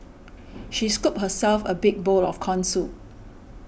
she scooped herself a big bowl of Corn Soup